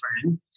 friend